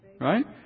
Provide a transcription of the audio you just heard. right